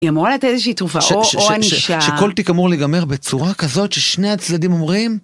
היא אמורה לתת איזושהי תרופה, או ש. שכל תיק אמור להיגמר בצורה כזאת, ששני הצדדים אומרים?